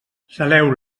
saleu